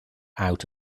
out